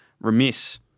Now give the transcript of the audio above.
remiss